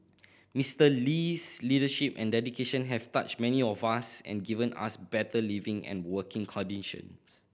Mister Lee's leadership and dedication have touched many of us and given us better living and working conditions